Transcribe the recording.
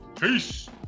Peace